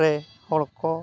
ᱨᱮ ᱦᱚᱲᱠᱚ